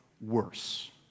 worse